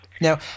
Now